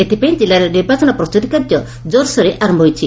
ଏଥିପାଇଁ ଜିଲ୍ଲାରେ ନିର୍ବାଚନ ପ୍ରସ୍ତୁତି କାର୍ଯ୍ୟ ଜୋରସୋରରେ ଆର ହୋଇଛି